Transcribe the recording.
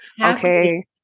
Okay